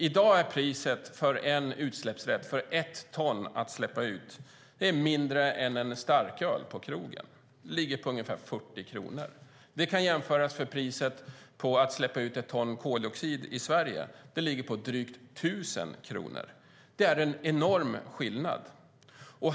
I dag är priset för en utsläppsrätt, för att släppa ut ett ton, mindre än för en starköl på krogen - det ligger på ungefär 40 kronor. Det kan jämföras med priset för att släppa ut ett ton koldioxid i Sverige - det ligger på drygt 1 000 kronor. Det är en enorm skillnad.